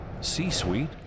C-Suite